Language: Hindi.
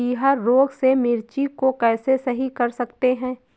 पीहर रोग से मिर्ची को कैसे सही कर सकते हैं?